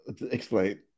Explain